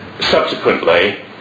subsequently